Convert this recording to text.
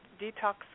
detox